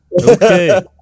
Okay